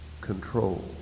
control